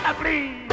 please